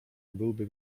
byłby